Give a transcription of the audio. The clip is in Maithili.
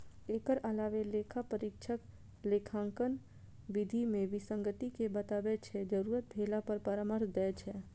एकर अलावे लेखा परीक्षक लेखांकन विधि मे विसंगति कें बताबै छै, जरूरत भेला पर परामर्श दै छै